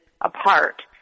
apart